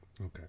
okay